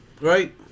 right